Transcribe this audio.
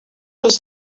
does